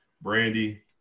Brandy